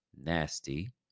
Nasty